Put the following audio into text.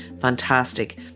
fantastic